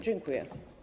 Dziękuję.